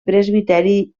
presbiteri